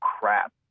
crap